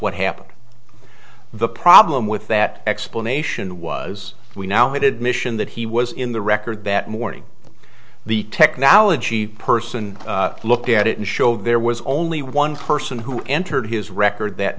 what happened the problem with that explanation was we now had admission that he was in the record that morning the technology person looked at it and showed there was only one person who entered his record that